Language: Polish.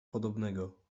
podobnego